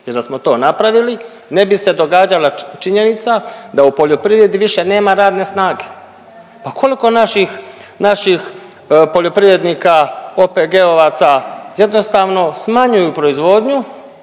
jer da smo to napravili ne bi se događala činjenica da u poljoprivredi više nema radne snage. Pa koliko naših, naših poljoprivrednika OPG-ovaca jednostavno smanjuju proizvodnju,